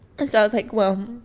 but so i was like, well,